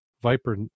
Viper